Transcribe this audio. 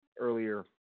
earlier